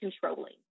controlling